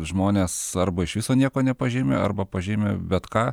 žmonės arba iš viso nieko nepažymi arba pažymi bet ką